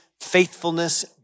faithfulness